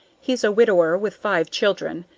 he's a widower with five children.